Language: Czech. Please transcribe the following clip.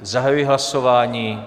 Zahajuji hlasování.